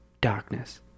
Darkness